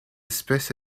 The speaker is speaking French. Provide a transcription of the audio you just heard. espèce